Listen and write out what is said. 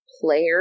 player